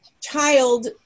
child